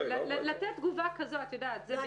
לתת תגובה כזו זה בדיוק --- לא,